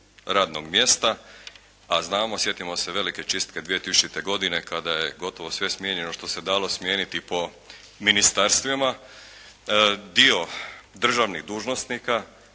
radnog mjesta A znamo, sjetimo se velike čistke 2000. godine kada je gotovo sve smijenjeno što se dalo smijeniti po ministarstvima. Dio državnih dužnosnika